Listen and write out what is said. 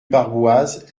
barboise